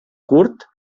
curt